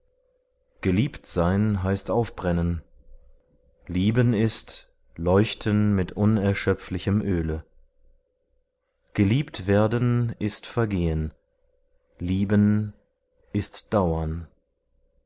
sehnsucht geliebtsein heißt aufbrennen lieben ist leuchten mit unerschöpflichem öle geliebtwerden ist vergehen lieben ist dauern